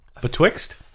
Betwixt